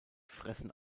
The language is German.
fressen